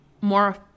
more